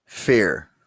Fear